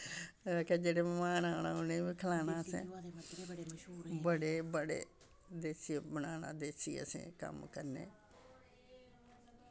में आखेआ जेह्ड़े मह्मान औना उ'नेंगी बी खलाना असें बड़े बड़े देसी बनाना देसी असें कम्म करने